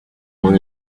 want